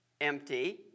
empty